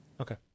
Okay